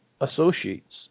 associates